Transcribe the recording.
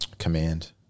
command